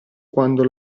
quando